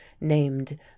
named